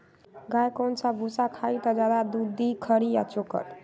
गाय कौन सा भूसा खाई त ज्यादा दूध दी खरी या चोकर?